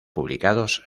publicados